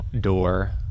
door